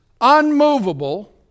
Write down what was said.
unmovable